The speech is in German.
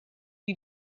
die